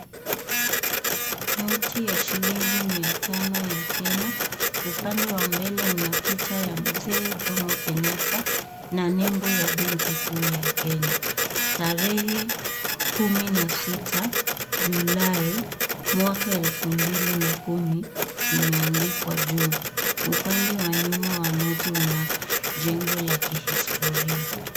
Noti ya shilingi mia tano ya Kenya. Upande wa mbele una picha ya mzee Jomo Kenyatta na nembo ya benki kuu ya Kenya. Tarehe kumi na sita Julai, mwaka elfu mbili na kumi, imeandikwa juu. Upande wa nyuma wa noti una jengo la kihistoria.